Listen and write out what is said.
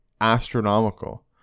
astronomical